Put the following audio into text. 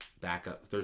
backup